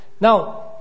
now